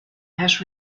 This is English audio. has